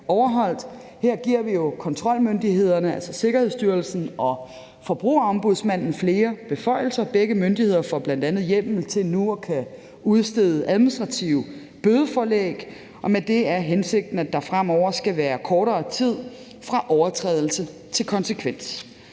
Her giver vi jo kontrolmyndighederne, altså Sikkerhedsstyrelsen og Forbrugerombudsmanden, flere beføjelser. Begge myndigheder får bl.a. hjemmel til nu at kunne udstede administrative bødeforelæg, og med det er hensigten, at der fremover skal være kortere tid fra overtrædelse til konsekvens.